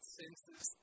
senses